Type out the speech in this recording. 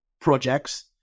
projects